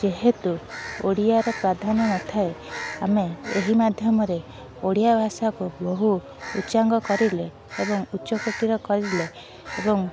ଯେହେତୁ ଓଡ଼ିଆର ପ୍ରାଧାନ୍ୟ ନଥାଏ ଆମେ ଏହି ମାଧ୍ୟମରେ ଓଡ଼ିଆ ଭାଷାକୁ ବହୁତ ଉଚ୍ଚାଙ୍ଗ କରିଲେ ଏବଂ ଉଚ୍ଚକୋଟିର କରିଲେ ଏବଂ